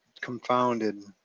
confounded